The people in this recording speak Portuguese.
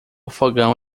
fogão